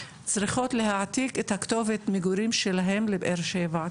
צריכות להעתיק את כתובת המגורים שלהם לבאר שבע,